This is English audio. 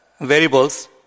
variables